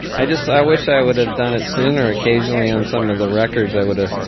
i just i wish i would have done it sooner. occasionally on some of the records i would ah